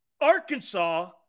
Arkansas